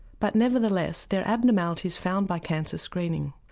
but nevertheless they're abnormalities found by cancer screening.